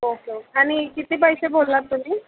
okay ओ आणि किती पैसे बोललात तुम्ही